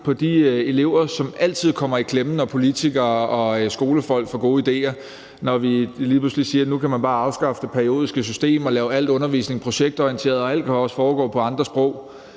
på de elever, som altid kommer i klemme, når politikere og skolefolk får gode idéer, altså når vi lige pludselig siger, at nu kan man bare afskaffe det periodiske system og lave al undervisning projektorienteret og alt også kan foregå på andre sprog.